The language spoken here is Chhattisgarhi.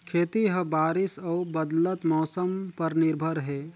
खेती ह बारिश अऊ बदलत मौसम पर निर्भर हे